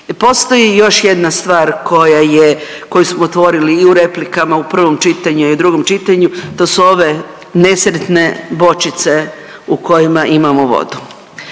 Postoji još jedna stvar koja je, koju smo otvorili i u replikama u prvom čitanju i drugom čitanju, to su ove nesretne bočice u kojima imamo vodu.